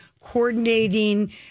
coordinating